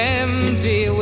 empty